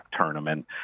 tournament